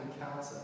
encounter